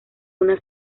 una